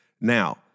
Now